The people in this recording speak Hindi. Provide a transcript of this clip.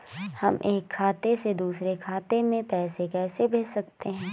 हम एक खाते से दूसरे खाते में पैसे कैसे भेज सकते हैं?